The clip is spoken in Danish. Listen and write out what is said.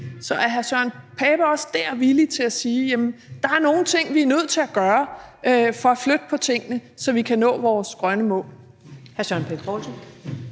Så er hr. Søren Pape Poulsen også dér villig til at sige, at der er nogle ting, vi er nødt til at gøre for at flytte på tingene, så vi kan nå vores grønne mål?